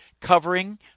covering